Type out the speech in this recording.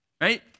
right